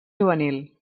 juvenil